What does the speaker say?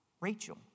Rachel